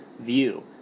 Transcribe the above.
view